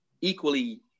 equally